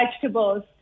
vegetables